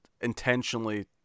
intentionally